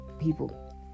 People